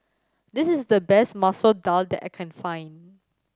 this is the best Masoor Dal that I can find